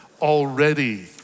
already